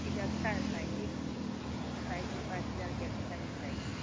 ठीक है अच्छा है साइकिल साइकिल पाँच हज़ार के अच्छा ही साइकिल है